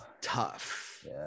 tough